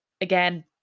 again